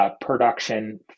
Production